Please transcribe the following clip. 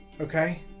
Okay